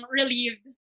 relieved